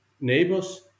neighbors